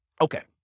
okay